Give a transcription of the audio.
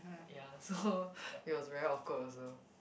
ya so it was very awkward also